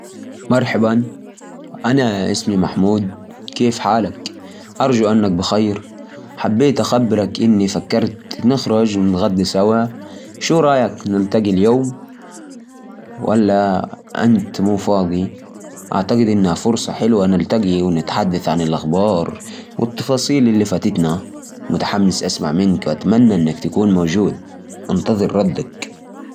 هلا، والله، أنا أبو أنس. كيف حالك، طميني عنك؟ حبيت أقولك إني قررت أطلع نتغدى سوى اليوم، إذا عندك وقت. نتقابل في المطعم اللي نحبه عند الساعة واحدة. خلك على بالي، وعلمني إذا يناسبك. في أمان الله.